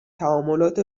تعاملات